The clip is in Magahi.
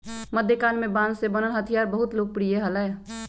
मध्यकाल में बांस से बनल हथियार बहुत लोकप्रिय हलय